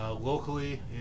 Locally